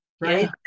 right